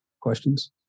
questions